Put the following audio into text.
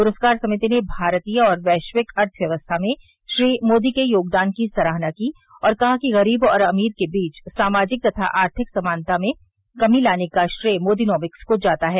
पुरस्कार समिति ने भारतीय और वैश्विक अर्थव्यवस्था में श्री मोदी के योगदान की सराहना की और कहा कि गरीब और अमीर के बीच सामाजिक तथा आर्थिक असमानता में कमी लाने का श्रेय मोदीनोमिक्स को जाता है